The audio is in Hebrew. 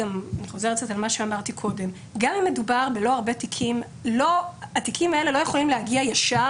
אם לא מדובר בהרבה תיקים התיקים האלה לא יכולים להגיע ישר,